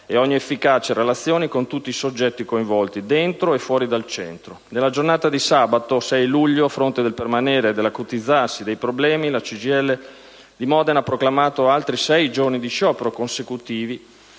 e ogni efficace relazione con tutti i soggetti coinvolti, dentro il centro e fuori da esso. Nella giornata di sabato 6 luglio, a fronte del permanere e dell'acutizzarsi dei problemi, la CGIL di Modena ha proclamato altri sei giorni di sciopero consecutivi